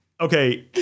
Okay